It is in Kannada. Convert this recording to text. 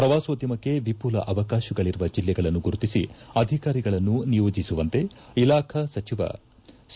ಶ್ರವಾಸೋದ್ಯಮಕ್ಕೆ ವಿಪುಲ ಅವಕಾಶಗಳರುವ ಜಿಲ್ಲೆಗಳನ್ನು ಗುರುತಿಸಿ ಅಧಿಕಾರಿಗಳನ್ನು ನಿಯೋಜಿಸುವಂತೆ ಇಲಾಖಾ ಸಚಿವ ಸಿ